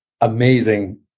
amazing